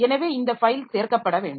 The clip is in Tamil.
எனவே இந்த ஃபைல் சேர்க்கப்பட வேண்டும்